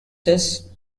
this